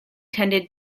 tended